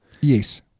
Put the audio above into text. Yes